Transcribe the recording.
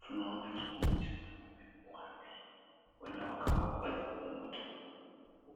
Tunaona kikundi cha wanaume wanne huenda wakawa wazima moto.